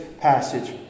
passage